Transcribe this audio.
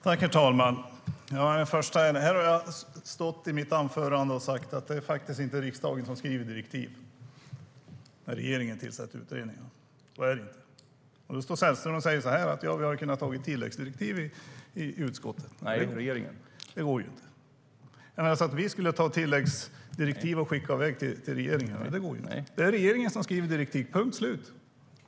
Herr talman! I mitt anförande sa jag att det inte är riksdagen som skriver direktiv. Det är regeringen som tillsätter utredningar. Sällström säger att utskottet skulle kunnat ta tilläggsdirektiv, men det går inte. Vi kan inte ta tilläggsdirektiv och skicka till regeringen. Det är regeringen som skriver direktiv, punkt slut.